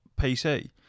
PC